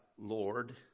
Lord